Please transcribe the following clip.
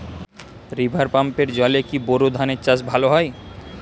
River পাম্পের জলে কি বোর ধানের চাষ ভালো হয়?